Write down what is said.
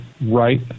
right